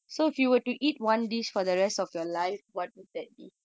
that would that be